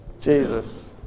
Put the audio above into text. Jesus